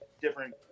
different